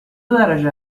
درجه